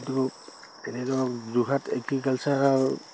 কিন্তু এনে ধৰক যোৰহাট এগ্ৰিকালচাৰ